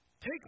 Take